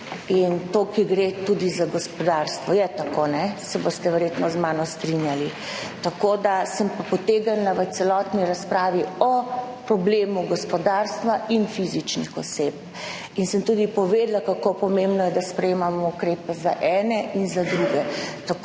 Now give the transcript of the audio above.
in tukaj gre tudi za gospodarstvo. Je tako? Se boste verjetno z mano strinjali. Tako da sem pa potegnila v celotni razpravi o problemu gospodarstva in fizičnih oseb in sem tudi povedala, kako pomembno je, da sprejemamo ukrepe za ene in za druge.